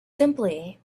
simply